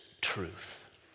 truth